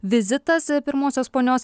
vizitas pirmosios ponios